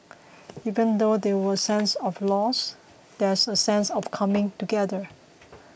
even though there will a sense of loss there is a sense of coming together